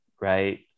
Right